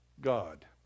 God